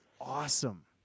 awesome